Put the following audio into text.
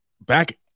back